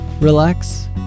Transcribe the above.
relax